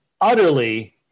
utterly